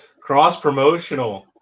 Cross-promotional